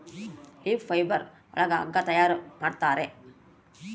leaf fibre ಒಳಗ ಹಗ್ಗ ತಯಾರ್ ಮಾಡುತ್ತಾರೆ